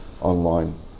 online